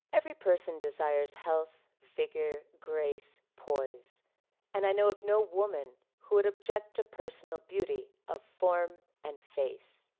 every person desires health, vigor, grace, poise and i know of no woman who would object to personal beauty of form and face.